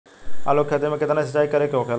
आलू के खेती में केतना सिंचाई करे के होखेला?